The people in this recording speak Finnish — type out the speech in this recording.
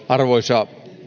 arvoisa